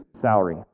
salary